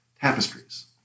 tapestries